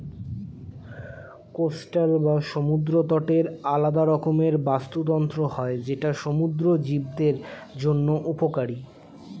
coastal বা সমুদ্র তটের আলাদা রকমের বাস্তুতন্ত্র হয় যেটা সমুদ্র জীবদের জন্য উপকারী